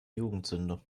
jugendsünde